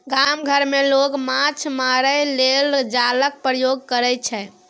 गाम घर मे लोक माछ मारय लेल जालक प्रयोग करय छै